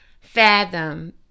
fathom